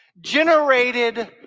generated